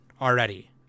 already